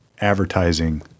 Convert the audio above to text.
advertising